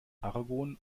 argon